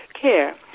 care